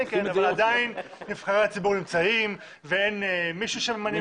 אבל עדיין נבחרי הציבור נמצאים ואין מישהו שממנים אותו.